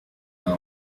now